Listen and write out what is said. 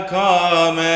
come